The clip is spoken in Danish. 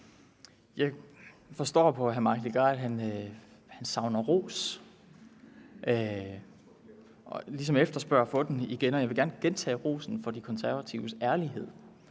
Jeg forstår på hr. Mike Legarth, at han savner ros og ligesom efterspørger den igen. Jeg vil gerne gentage rosen for De Konservatives ærlighed,